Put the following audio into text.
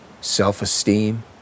Self-esteem